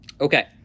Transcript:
Okay